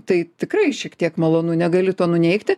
tai tikrai šiek tiek malonu negali to nuneigti